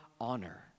honor